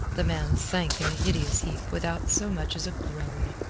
the man sank in a hideous heap without so much as a groan.